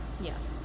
Yes